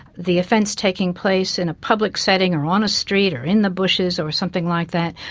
the offence taking place in a public setting, or on a street, or in the bushes or something like that,